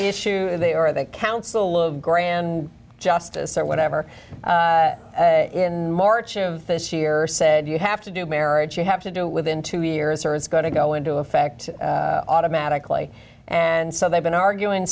issue they are that council of grand justice or whatever in march of this year said you have to do marriage you have to do within two years or it's going to go into effect automatically and so they've been arguing